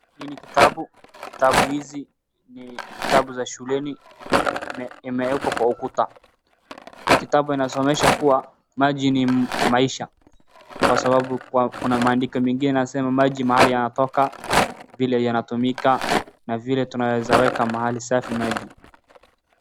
Hii ni kitabu, kitabu hizi ni vitabu za shuleni, imeekwa kwa ukuta .Hii kitabu inasomesha kuwa ,maji ni maisha kwa sababu kuwa kuna maandiko mengine inasema maji mahali inatoka vile inatumika na vile tunaweza eka mahali safi maji.